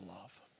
love